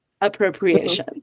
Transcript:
appropriation